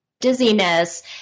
dizziness